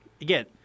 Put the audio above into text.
Again